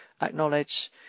acknowledge